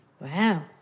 Wow